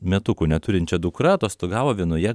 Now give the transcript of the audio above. metukų neturinčia dukra atostogavo vienoje